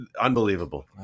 Unbelievable